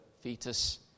fetus